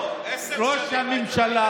ראש הממשלה